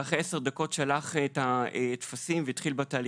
אחרי עשר דקות שלח את הטפסים והתחיל בתהליך.